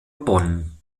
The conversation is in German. bonn